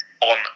on